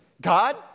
God